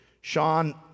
Sean